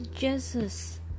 Jesus